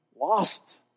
lost